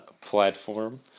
platform